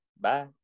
bye